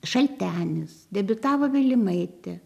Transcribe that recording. šaltenis debiutavo vilimaitė